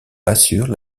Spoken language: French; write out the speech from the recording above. assure